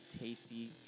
tasty